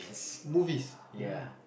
movies